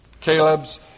Caleb's